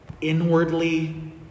inwardly